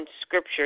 Scripture